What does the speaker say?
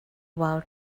while